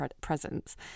presence